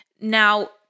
Now